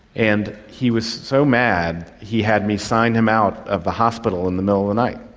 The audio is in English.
and he was so mad, he had me sign him out of the hospital in the middle of the night,